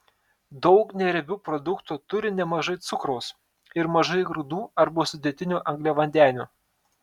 daug neriebių produktų turi nemažai cukraus ir mažai grūdų arba sudėtinių angliavandenių